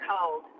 cold